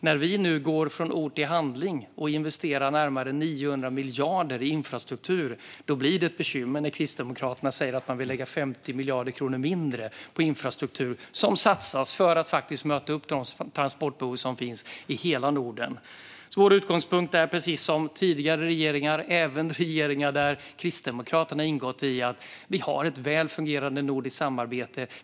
När vi nu går från ord till handling och investerar närmare 900 miljarder i infrastruktur blir det ett bekymmer när Kristdemokraterna säger att de vill lägga 50 miljarder mindre på infrastruktur. Detta är pengar som satsas för att faktiskt möta upp de transportbehov som finns i hela Norden. Vår utgångspunkt är, precis som för tidigare regeringar - även regeringar där Kristdemokraterna ingått - att vi har ett väl fungerande nordiskt samarbete.